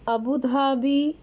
Abu Dhabi